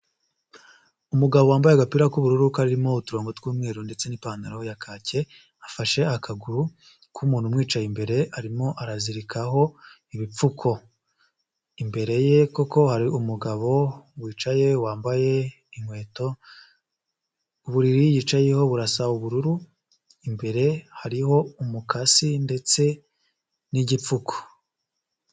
Umugabo wambaye agapira k'ubururu karimo uturongo tw'umweru ndetse n'ipantaro ya kake afashe akaguru k'umuntu umwicaye imbere arimo arazirikaho ibipfuko ,imbere ye kuko hari umugabo wicaye wambaye inkweto , uburiri yicayeho burasa ubururu imbere hariho umukasi ndetse n'igipfuku.